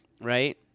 right